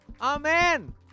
Amen